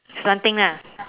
slanting ah